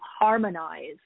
harmonize